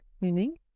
meaning